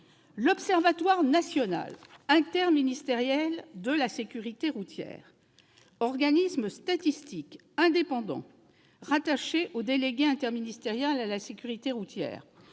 L'Observatoire national interministériel de la sécurité routière, l'ONISR, organisme statistique indépendant rattaché au délégué interministériel à la sécurité routière,